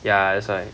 ya that's why